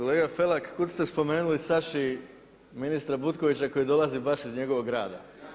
Kolega Felak kud ste spomenuli Saši ministra Butkovića koji dolazi baš iz njegovog grada.